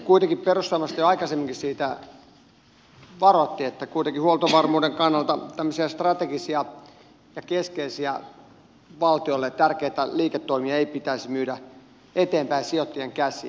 kuitenkin perussuomalaiset jo aikaisemminkin siitä varoitti että kuitenkin huoltovarmuuden kannalta tämmöisiä strategisia ja keskeisiä valtiolle tärkeitä liiketoimia ei pitäisi myydä eteenpäin sijoittajien käsiin